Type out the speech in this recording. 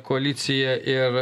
koaliciją ir